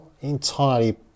entirely